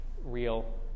real